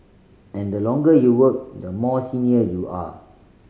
and the longer you work the more senior you are